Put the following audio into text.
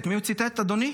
את מי הוא ציטט, אדוני?